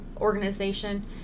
organization